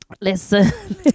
Listen